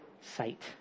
sight